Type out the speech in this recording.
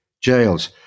jails